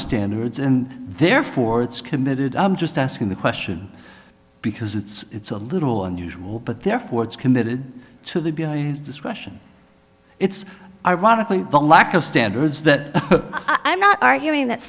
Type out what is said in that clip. standards and therefore it's committed i'm just asking the question because it's a little unusual but therefore it's committed to the beyond his discretion it's ironically the lack of standards that i'm not arguing that